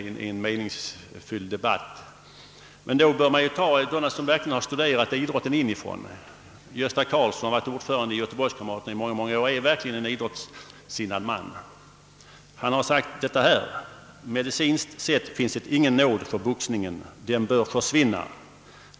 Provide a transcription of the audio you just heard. Doktor Gösta Karlsson, som också är från Göteborg och som även är en auktoritet — han var Ingemar Johanssons »livmedikus» och har varit ordförande i Göteborgs-Kamraterna under många år och är en verkligt idrottssinnad man — har sagt följande: »Medicinskt sett finns det ingen nåd för boxningen. Den bör försvinna.